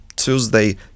Tuesday